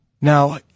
Now